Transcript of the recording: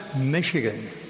Michigan